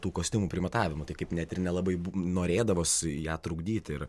tų kostiumų primatavimų tai kaip net ir nelabai norėdavosi ją trukdyti ir